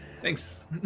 Thanks